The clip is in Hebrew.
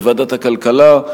בוועדת הכלכלה,